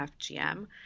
FGM